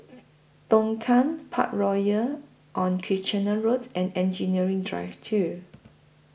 Tongkang Parkroyal on Kitchener Road and Engineering Drive two